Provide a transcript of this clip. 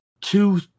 Two